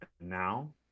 Now